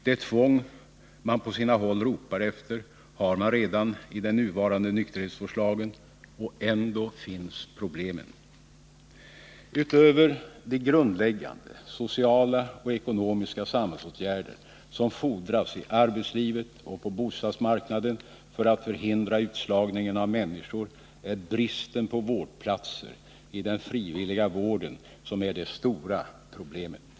Det tvång som man på sina håll ropar efter finns redan i den nuvarande nykterhetsvårdslagen — och ändå finns problemen. Utöver de grundläggande sociala och ekonomiska samhällsåtgärder som fordras i arbetslivet och på bostadsmarknaden för att förhindra utslagningen av människor är det bristen på vårdplatser inom den frivilliga vården som är det stora problemet.